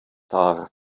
dar